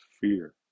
fear